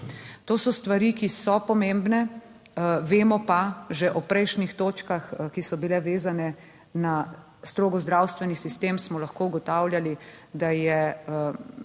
To so stvari, ki so pomembne. Vemo pa, že ob prejšnjih točkah, ki so bile vezane na strogo zdravstveni sistem, smo lahko ugotavljali, da